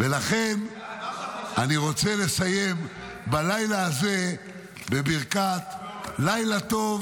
ולכן אני רוצה לסיים בלילה הזה בברכת לילה טוב